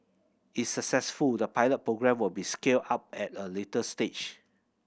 it successful the pilot programme will be scaled up at a later stage